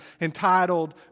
entitled